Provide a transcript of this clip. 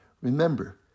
remember